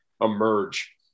emerge